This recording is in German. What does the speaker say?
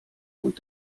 und